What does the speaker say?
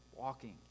walking